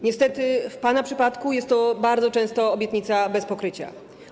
Niestety w pana przypadku jest to bardzo często obietnica bez pokrycia.